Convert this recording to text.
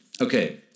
Okay